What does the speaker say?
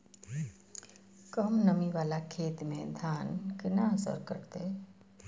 कम नमी वाला खेत में धान केना असर करते?